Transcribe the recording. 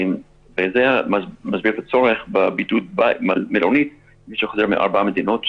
זה מסביר את הצורך בבידוד במלונית למי שחוזר מארבע מדינות,